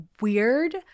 weird